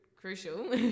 crucial